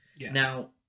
Now